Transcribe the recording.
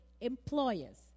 employers